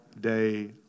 day